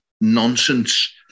nonsense